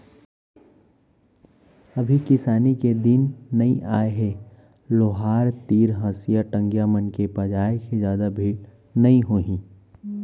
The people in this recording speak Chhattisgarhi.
अभी किसानी के दिन नइ आय हे लोहार तीर हँसिया, टंगिया मन के पजइया के जादा भीड़ नइ होही